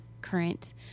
current